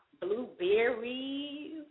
blueberries